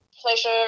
pleasure